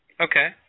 Okay